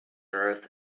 earth